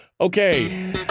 Okay